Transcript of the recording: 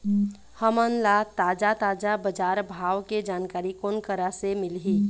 हमन ला ताजा ताजा बजार भाव के जानकारी कोन करा से मिलही?